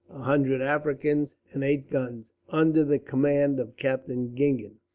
a hundred africans, and eight guns under the command of captain gingen,